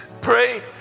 pray